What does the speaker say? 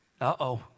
Uh-oh